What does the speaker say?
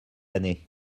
année